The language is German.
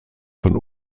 von